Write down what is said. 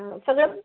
सगळं